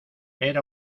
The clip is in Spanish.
era